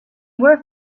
were